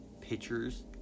pictures